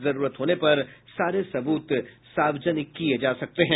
जरूरत होने पर सारे सबूत सार्वजनिक किये जा सकते हैं